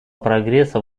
прогресса